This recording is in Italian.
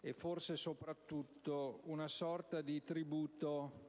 e forse soprattutto, una sorta di tributo